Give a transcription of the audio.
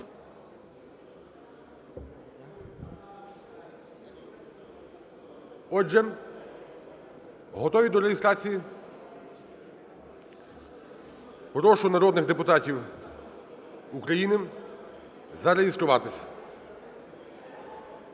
Отже, готові до реєстрації? Прошу народних депутатів України зареєструватись.